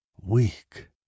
Weak